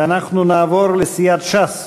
ואנחנו נעבור לסיעת ש"ס: